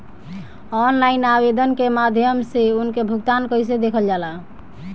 Online आवेदन के माध्यम से उनके भुगतान कैसे देखल जाला?